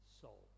soul